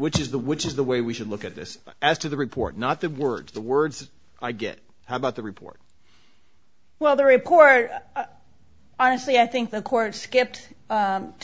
which is the which is the way we should look at this as to the report not the words the words i get about the report well the report honestly i think the court skipped